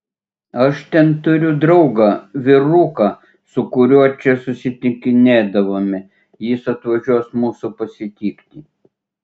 aš ten turiu draugą vyruką su kuriuo čia susitikinėdavome jis atvažiuos mūsų pasitikti